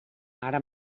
ara